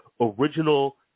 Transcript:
original